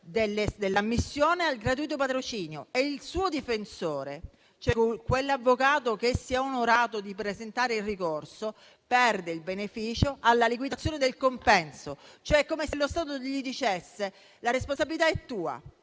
dell'ammissione al gratuito patrocinio e il suo difensore, cioè quell'avvocato che si è onorato di presentare il ricorso, perde il beneficio alla liquidazione del compenso: cioè è come se lo Stato gli dicesse che la responsabilità è sua,